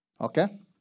Okay